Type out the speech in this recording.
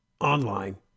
online